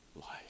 life